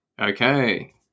Okay